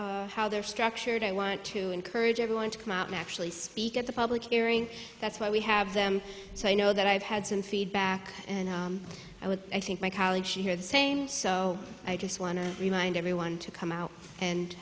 or how they're structured i want to encourage everyone to come out naturally speak at the public hearing that's why we have them so i know that i've had some feedback and i would i think my colleagues here so i just want to remind everyone to come out and